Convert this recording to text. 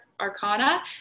arcana